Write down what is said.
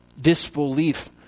disbelief